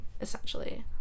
essentially